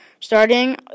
Starting